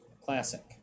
classic